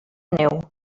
neu